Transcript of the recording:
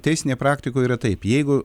teisinėj praktikoj yra taip jeigu